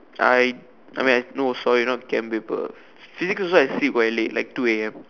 I I mean I no sorry not Chem paper physics also I sleep quite late like two A_M